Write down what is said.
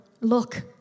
look